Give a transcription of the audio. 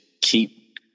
keep